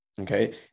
okay